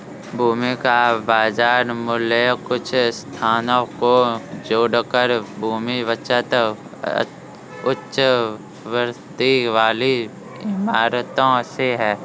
भूमि का बाजार मूल्य कुछ स्थानों को छोड़कर भूमि बचत उच्च वृद्धि वाली इमारतों से है